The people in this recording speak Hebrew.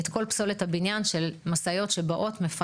את כל פסולת הבניין של משאיות שבאות כדי